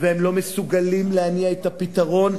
והם לא מסוגלים להניע את הפתרון,